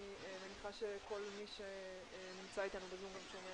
אני מניחה שכל מי שנמצא איתנו בזום גם שומע